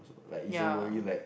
ya